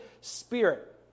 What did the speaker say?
Spirit